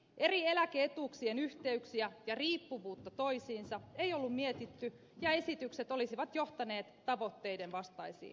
eri eläke etuuksien yhteyksiä ja riippuvuutta toisiinsa ei ollut mietitty ja esitykset olisivat johtaneet tavoitteiden vastaisiin lopputuloksiin